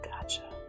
gotcha